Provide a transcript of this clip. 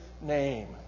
name